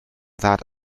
that